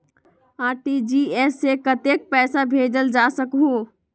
RTGS से कतेक पैसा भेजल जा सकहु???